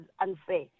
unfair